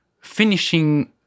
finishing